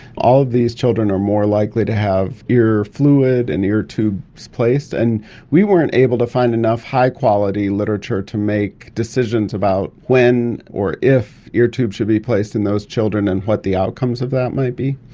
all of these children are more likely to have ear fluid and ear tubes placed. and we weren't able to find enough high-quality literature to make decisions about when or if ear tubes should be placed in those children and what the outcomes of that might be.